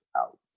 out